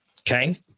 Okay